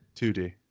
2d